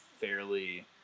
fairly